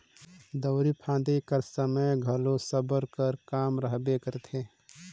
दउंरी फादे कर समे घलो साबर कर काम रहबे करथे